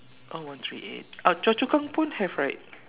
oh one three eight uh Choa-Chu-Kang pun have right